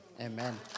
Amen